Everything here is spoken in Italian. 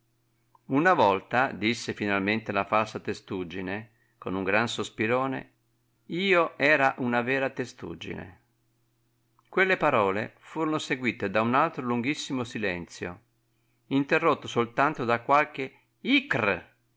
una volta disse finalmente la falsa testuggine con un gran sospirone io era una vera testuggine quelle parole furono seguite da un altro lunghissimo silenzio interrotto soltanto da qualche